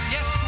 Yes